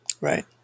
Right